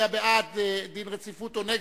ולדבר על כל דבר שעולה על רוחם,